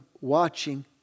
watching